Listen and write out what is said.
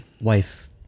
wife